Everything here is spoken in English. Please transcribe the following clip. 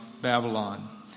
Babylon